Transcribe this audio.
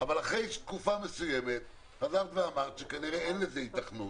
אבל אחרי תקופה מסוימת חזרת ואמרת שכנראה אין לזה היתכנות.